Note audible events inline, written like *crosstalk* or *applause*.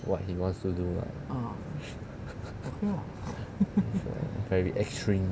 what he wants to do lah *laughs* very extreme